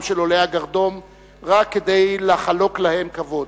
של עולי הגרדום רק כדי לחלוק כבוד.